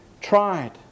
tried